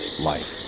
life